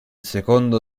secondo